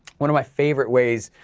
one of my favorite ways,